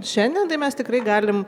šiandien tai mes tikrai galim